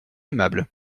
aimable